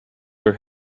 her